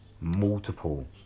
Multiple